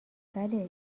بله